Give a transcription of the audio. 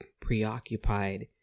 preoccupied